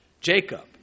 Jacob